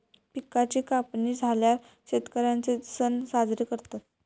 पिकांची कापणी झाल्यार शेतकर्यांचे सण साजरे करतत